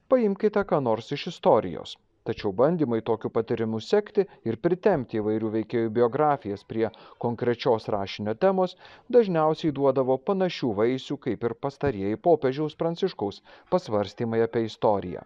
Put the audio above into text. paimkite ką nors iš istorijos tačiau bandymai tokiu patyrimu sekti ir pritempti įvairių veikėjų biografijas prie konkrečios rašinio temos dažniausiai duodavo panašių vaisių kaip ir pastarieji popiežiaus pranciškaus pasvarstymai apie istoriją